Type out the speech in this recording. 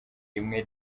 rimwe